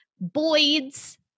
Boyd's